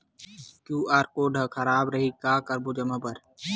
QR code हा खराब रही का करबो जमा बर?